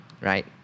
Right